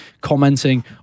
commenting